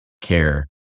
care